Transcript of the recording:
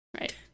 Right